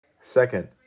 Second